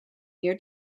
near